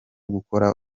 gukora